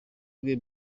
bwe